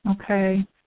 Okay